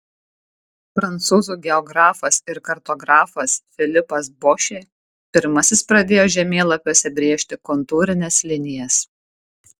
prancūzų geografas ir kartografas filipas bošė pirmasis pradėjo žemėlapiuose brėžti kontūrines linijas